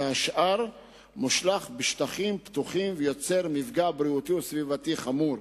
השאר מושלך בשטחים פתוחים ויוצר מפגע בריאותי וסביבתי חמור.